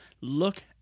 look